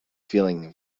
feeling